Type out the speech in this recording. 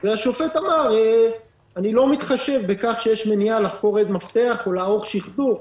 והשופט אמר: אני לא מתחשב בכך שיש מניעה לחקור עד מפתח או לערוך שחזור.